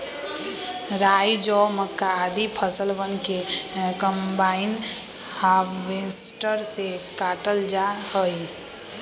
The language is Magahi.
राई, जौ, मक्का, आदि फसलवन के कम्बाइन हार्वेसटर से काटल जा हई